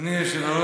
אדוני, עד עשר דקות.